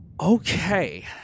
Okay